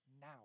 now